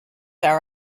our